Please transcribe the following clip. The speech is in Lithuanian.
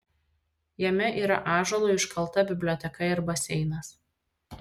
jame yra ąžuolu iškalta biblioteka ir baseinas